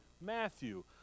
Matthew